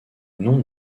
nombre